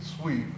sweet